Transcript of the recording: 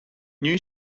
new